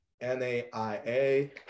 N-A-I-A